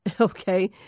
Okay